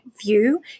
view